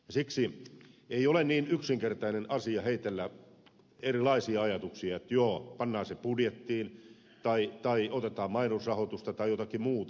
siksi ei ole niin yksinkertainen asia heitellä erilaisia ajatuksia että joo pannaan se budjettiin tai otetaan mainosrahoitusta tai jotakin muuta